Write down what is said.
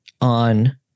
on